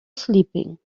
sleeping